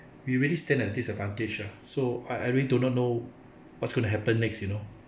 we really stand at a disadvantage ah so I I really do not know what's going to happen next you know